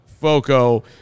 Foco